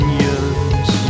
years